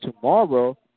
tomorrow